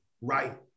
Right